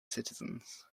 citizens